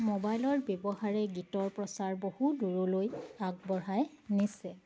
মোবাইলৰ ব্যৱহাৰে গীতৰ প্ৰচাৰ বহু দূৰলৈ আগবঢ়াই নিছে